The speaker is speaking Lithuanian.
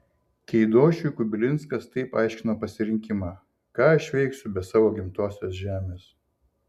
keidošiui kubilinskas taip aiškino pasirinkimą ką aš veiksiu be savo gimtosios žemės